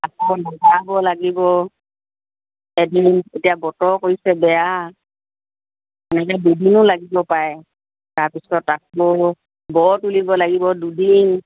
আকৌ মিলাব লাগিব এদিন এতিয়া বতৰ কৰিছে বেয়া এনেকৈ দুদিনো লাগিব পাৰে তাৰপিছত আকৌ ব' তলিব লাগিব দুদিন